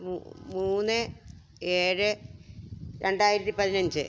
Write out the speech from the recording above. മു മൂന്ന് ഏഴ് രണ്ടായിരത്തിപ്പതിനഞ്ച്